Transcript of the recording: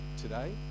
today